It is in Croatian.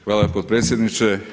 Hvala potpredsjedniče.